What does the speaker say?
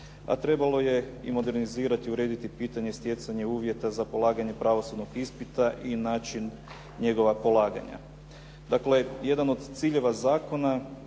a trebalo je i modernizirati i urediti pitanje stjecanja uvjeta za polaganje pravosudnog ispita i način njegova polaganja. Dakle, jedan od ciljeva zakona